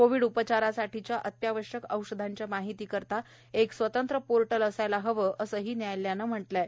Covid उपचारासाठीच्या अत्यावश्यक औषधांच्या माहितीसाठी एक पोर्टल असायला हवे असेही न्यायालयानं म्हटलं आहे